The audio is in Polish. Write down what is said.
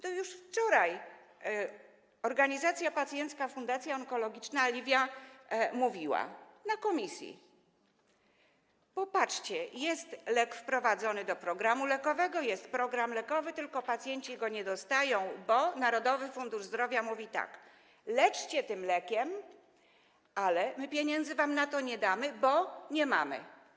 To już wczoraj przedstawiciele organizacji pacjenckiej Fundacja Onkologiczna Alivia mówili na posiedzeniu komisji: Popatrzcie, jest lek wprowadzony do programu lekowego, jest program lekowy, tylko pacjenci go nie dostają, bo Narodowy Fundusz Zdrowia mówi tak: leczcie tym lekiem, ale my pieniędzy wam na to nie damy, bo nie mamy.